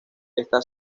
está